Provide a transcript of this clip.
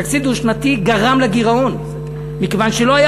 תקציב דו-שנתי גרם לגירעון מפני שלא היה